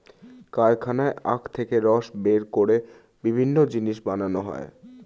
কারখানায় আখ থেকে রস বের করে বিভিন্ন জিনিস বানানো হয়